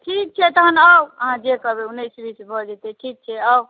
ठीक छै तहन आउ अहाँ जे कहबै उन्नैस बीस भऽ जेतै ठीक छै आउ